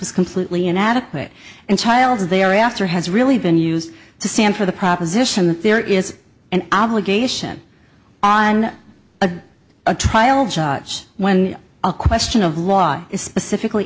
was completely inadequate and chiles thereafter has really been used to stand for the proposition that there is an obligation on a trial judge when a question of law is specifically